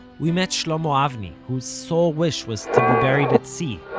we met shlomo avni, whose sole wish was to be buried at sea,